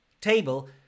table